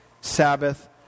Sabbath